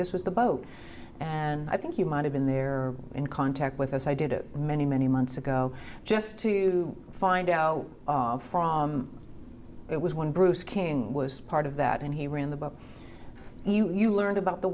this was the boat and i think you might have been there in contact with as i did it many many months ago just to find out from that was when bruce king was part of that and he ran the bus you you learned about the